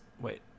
Wait